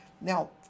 Now